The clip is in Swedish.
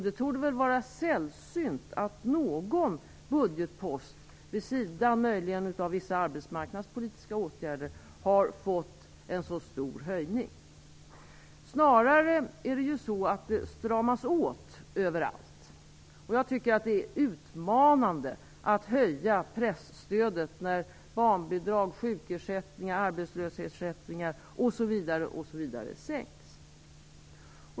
Det torde vara sällsynt att någon budgetpost, möjligen vid sidan av vissa arbetsmarknadspolitiska åtgärder, har fått en så stor höjning. Det stramas snarare åt överallt. Jag tycker att det är utmanande att höja presstödet när barnbidrag, sjukersättningar, arbetslöshetsersättningar, osv. sänks.